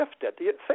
shifted